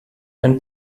ein